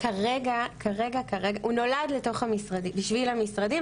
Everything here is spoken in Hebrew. הוא נולד בשביל המשרדים,